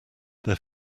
their